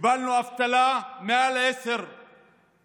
קיבלנו אבטלה של מעל 10%,